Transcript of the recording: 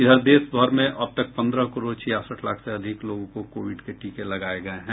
इधर देशभर में अब तक पन्द्रह करोड़ छियासठ लाख से अधिक लोगों को कोविड के टीके लगाये गये हैं